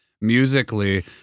musically